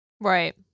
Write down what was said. Right